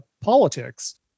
politics